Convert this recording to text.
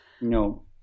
No